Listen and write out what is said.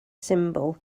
symbol